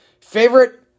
Favorite